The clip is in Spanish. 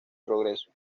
progreso